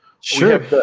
Sure